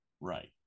right